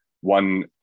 one